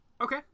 okay